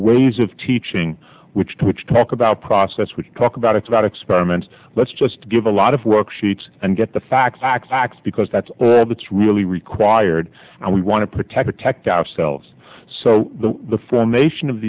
ways of teaching which to which talk about process we talk about it's about experiments let's just give a lot of worksheets and get the facts x x because that's what's really required and we want to protect a tech ourselves so the formation of